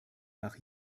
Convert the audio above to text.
nach